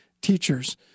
teachers